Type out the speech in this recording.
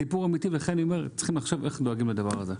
זה סיפור אמיתי לכן אני אומר שצריך לחשוב איך דואגים למצב הזה.